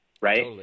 right